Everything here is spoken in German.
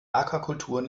aquakulturen